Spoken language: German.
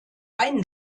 einen